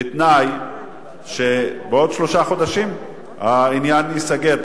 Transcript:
בתנאי שבעוד שלושה חודשים העניין ייסגר.